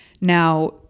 Now